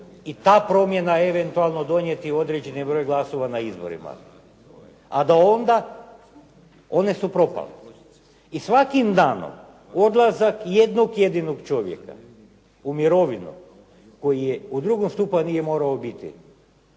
i ta promjena eventualno donijeti određeni broj glasova na izborima a do onda one su propale. I svakim danom odlazak jednog jedinog čovjeka u mirovinu koji je u drugom stupu a nije morao biti